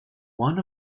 one